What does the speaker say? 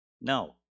No